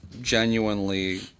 genuinely